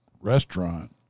restaurant